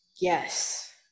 Yes